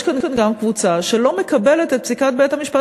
יש כאן גם קבוצה שלא מקבלת את פסיקת בית-המשפט